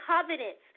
covenants